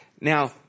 Now